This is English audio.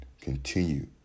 continue